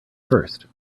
first